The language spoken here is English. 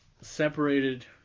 separated